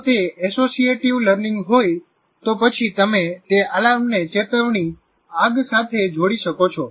જો તે associative learning હોય તો પછી તમે તે એલાર્મને ચેતવણી 'આગ' સાથે જોડી શકો છો